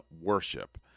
Worship